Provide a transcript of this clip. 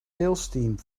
salesteam